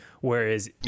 whereas